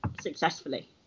successfully